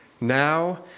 Now